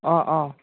অঁ অঁ